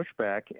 pushback